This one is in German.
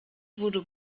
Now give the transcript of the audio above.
wurde